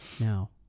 now